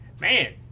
Man